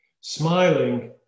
Smiling